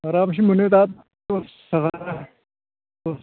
आरामसे मोनो दा दस थाखा